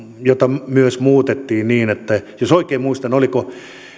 jota myös muutettiin jos oikein muistan oliko